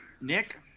nick